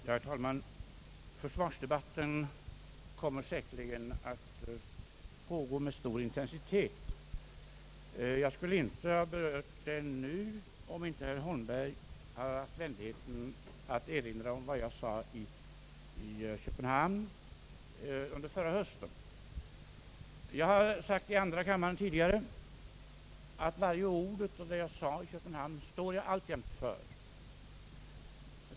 Herr talman! Försvarsdebatten kommer säkerligen att pågå med stor intensitet. Jag skulle inte ha berört den nu om inte herr Holmberg haft vänligheten att erinra om vad jag sade i Köpenhamn förra hösten. Jag har tidigare i andra kammaren uttalat att jag alltjämt står för varje ord av vad jag sade i Kopenhamn.